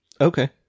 Okay